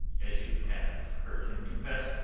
as you have heard him confess,